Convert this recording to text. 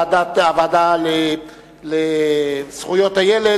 הוועדה המיוחדת לזכויות הילד